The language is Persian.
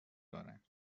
دارند